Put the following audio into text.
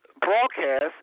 broadcast